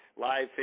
live